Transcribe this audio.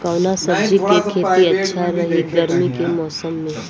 कवना सब्जी के खेती अच्छा रही गर्मी के मौसम में?